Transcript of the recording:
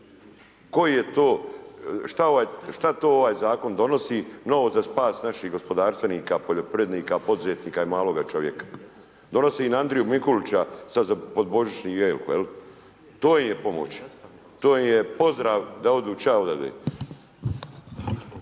Koji je to, šta to ovaj zakon donosi novo za spas naših gospodarstvenika, poljoprivrednika, poduzetnika i maloga čovjeka? Donosi im Andriju Mikulića sad pod božičnu jelku jel, to im je pomoć, to im je pozdrav da odu ća odavde.